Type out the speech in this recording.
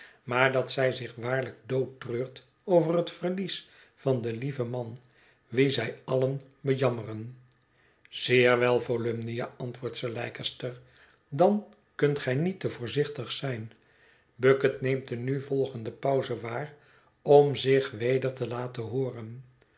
maar dat zij zich waarlijk doodtreurt over het verlies van den lieven man wien zij allen bejammeren zeer wel volumnia antwoordt sir leicester dan kunt gij niet te voorzichtig zijn bucket neemt de nu volgende pauze waar om zich weder te laten hooren